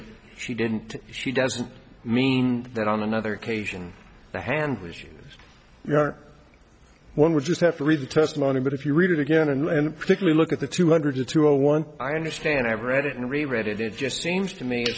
if she didn't she doesn't mean that on another occasion the handlers you are one would just have to read the testimony but if you read it again and particularly look at the two hundred to a one i understand i've read it and really read it it just seems to me